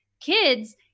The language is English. kids